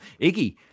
Iggy